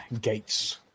gates